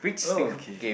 okay